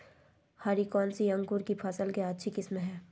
हरी कौन सी अंकुर की फसल के अच्छी किस्म है?